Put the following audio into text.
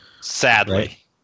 Sadly